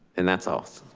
and that's all.